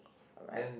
alright